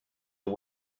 are